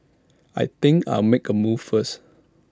I think I'll make A move first